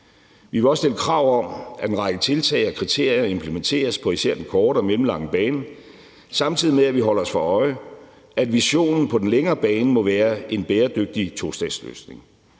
Vi vil også stille krav om, at en række tiltag og kriterier implementeres på især den korte og mellemlange bane, samtidig med at vi holder os for øje, at visionen på den længere bane må være en bæredygtig tostatsløsning.